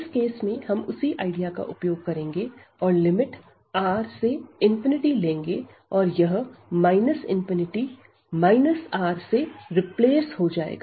इस केस में हम उसी आईडिया का उपयोग करेंगे और लिमिट R से लेंगे और यह R से रिप्लेस हो जाएगा